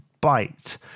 bite